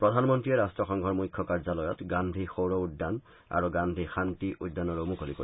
প্ৰধানমন্ত্ৰীয়ে ৰাষ্ট্ৰসংঘৰ মুখ্য কাৰ্যলয়ত গান্ধী সৌৰ উদ্যান আৰু গান্ধী শান্তি উদ্যানৰো মুকলি কৰিব